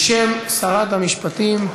בשם שרת המשפטים,